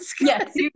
Yes